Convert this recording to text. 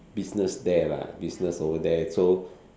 business there lah business over there so